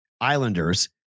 Islanders